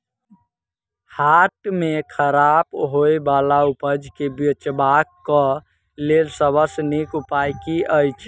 हाट मे खराब होय बला उपज केँ बेचबाक क लेल सबसँ नीक उपाय की अछि?